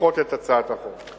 לדחות את הצעת החוק.